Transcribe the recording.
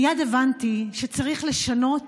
מייד הבנתי שצריך לשנות